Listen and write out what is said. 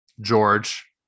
George